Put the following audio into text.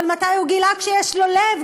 אבל מתי הוא גילה שיש לו לב,